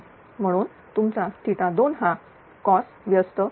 म्हणून तुमचा2 हाcos 110